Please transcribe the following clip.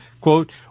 quote